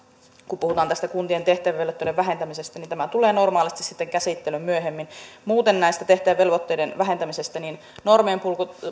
kun puhutaan kuntien tehtävävelvoitteiden vähentämisestä tulee sitten normaalisti käsittelyyn myöhemmin muuten näiden tehtävävelvoitteiden vähentämisestä että